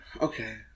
Okay